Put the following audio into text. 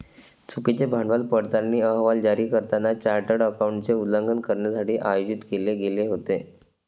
चुकीचे भांडवल पडताळणी अहवाल जारी करताना चार्टर्ड अकाउंटंटचे उल्लंघन करण्यासाठी आयोजित केले गेले होते